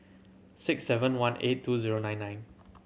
six seven one eight two zero nine nine